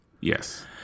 Yes